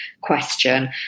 question